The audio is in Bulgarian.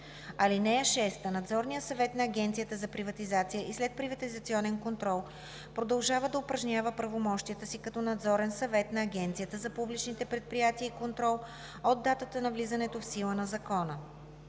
съюз. (6) Надзорният съвет на Агенцията за приватизация и следприватизационен контрол продължава да упражнява правомощията си като Надзорен съвет на Агенцията за публичните предприятия и контрол от датата на влизането в сила на закона.